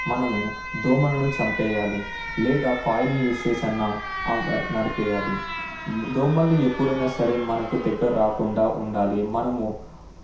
మనము దోమలను చంపేయాలి లేదా కాయిల్ యూజ్ చేసన్నా నరికేయాలి దోమల్ని ఎప్పుడయినా సరే మనకు దగ్గర రాకుండా ఉండాలి మనము